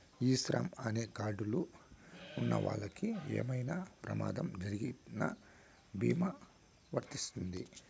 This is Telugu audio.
ఈ శ్రమ్ అనే కార్డ్ లు ఉన్నవాళ్ళకి ఏమైనా ప్రమాదం జరిగిన భీమా వర్తిస్తుంది